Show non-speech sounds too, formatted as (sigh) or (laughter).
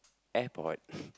airport (breath)